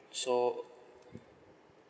so